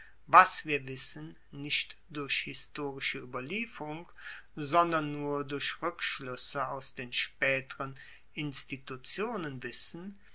was wir wissen nicht durch historische ueberlieferung sondern nur durch rueckschluesse aus den spaeteren institutionen wissen